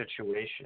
situation